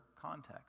context